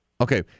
Okay